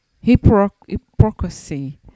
hypocrisy